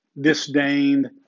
disdained